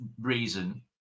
reason